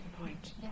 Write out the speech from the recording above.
point